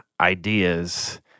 ideas